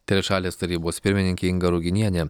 trišalės tarybos pirmininkė inga ruginienė